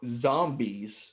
zombies